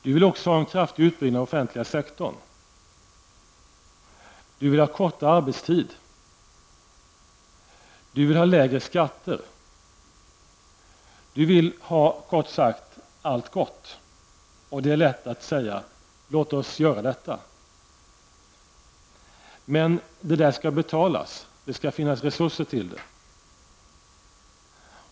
Han vill också ha en kraftig utbyggnad av den offentliga sektorn, han vill ha kortare arbetstid och han vill ha lägre skatter. Han vill kort sagt ha allt gott, och det är lätt att säga: Låt oss göra detta. Men alla dessa önskningar skall betalas, det skall finnas resurser till dem.